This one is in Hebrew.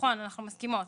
נכון אנחנו מסכימות.